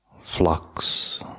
Flux